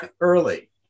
early